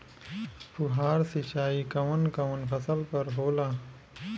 फुहार सिंचाई कवन कवन फ़सल पर होला?